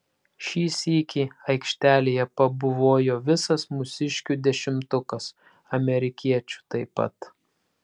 šį sykį aikštelėje pabuvojo visas mūsiškių dešimtukas amerikiečių taip pat